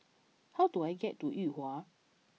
how do I get to Yuhua